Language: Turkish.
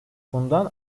bundan